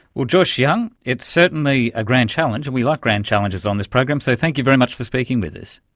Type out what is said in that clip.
well, joyce hsiang, it's certainly a grand challenge and we like grand challenges on this program, so thank you very much for speaking with us.